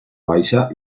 baixa